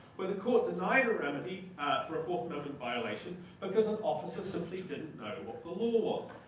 where the court denied a remedy for a fourth amendment violation, because an officer simply didn't know what the law was.